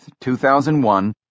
2001